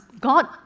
God